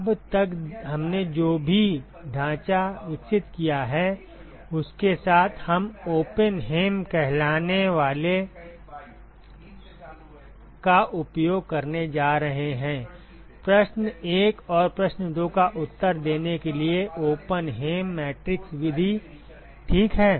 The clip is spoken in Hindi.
अब तक हमने जो भी ढांचा विकसित किया है उसके साथ हम ओपेनहेम कहलाने वाले का उपयोग करने जा रहे हैंप्रश्न 1 और प्रश्न 2 का उत्तर देने के लिए ओपेनहाइम मैट्रिक्स विधि ठीक है